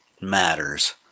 matters